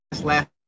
last